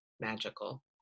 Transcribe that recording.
magical